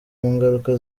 ngaruka